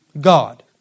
God